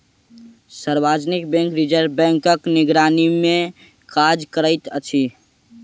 सार्वजनिक bank reserve बैंकक निगरानीमे काज करैत अछि